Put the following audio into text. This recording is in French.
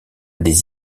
des